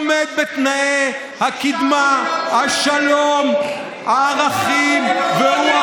עומד בתנאי הקדמה, השלום, הערכים, 3 מיליון שקל.